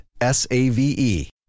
S-A-V-E